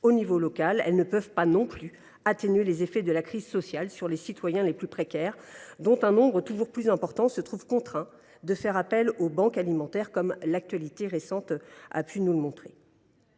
au niveau local ; elles ne peuvent pas non plus atténuer les effets de la crise sociale sur les citoyens les plus précaires, dont un nombre toujours plus important se trouvent contraints de faire appel aux banques alimentaires, comme l’actualité récente a pu nous le montrer.